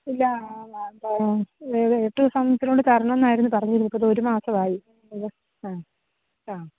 ഇല്ല എട്ട് ദിവസത്തിനുള്ളിൽ തരണം എന്നായിരുന്നു പറഞ്ഞിരുന്നത് ഇപ്പം അത് ഒരു മാസമായി ആ ആ